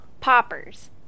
poppers